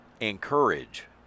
encourage